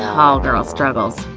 tall girl struggles,